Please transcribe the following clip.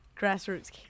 grassroots